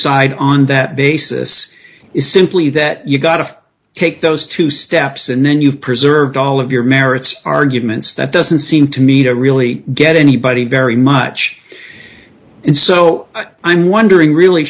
side on that basis is simply that you've got to take those two steps and then you've preserved all of your merits arguments that doesn't seem to me to really get anybody very much and so i'm wondering really